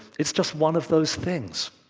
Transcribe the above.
it's just one of those things.